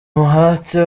umuhate